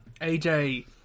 AJ